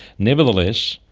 nevertheless,